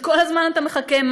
שכל הזמן אתה מחכה,